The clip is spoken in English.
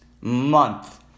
month